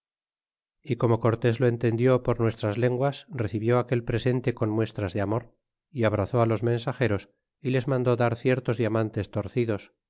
y como cortés lo entendió por nuestras lenguas recibió aquel presente con muestras de amor é abrazó los mensageros y les mandó dar ciertos diamantes torcidos